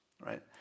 right